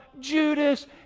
Judas